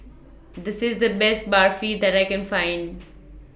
This IS The Best Barfi that I Can Find